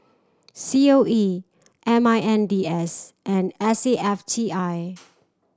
C O E M I N D S and S A F T I